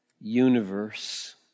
universe